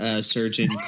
surgeon